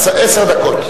עשר דקות.